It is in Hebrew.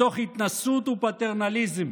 מתוך התנשאות ופטרנליזם,